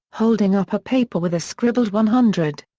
holding up a paper with a scribbled one hundred.